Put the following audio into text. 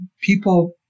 people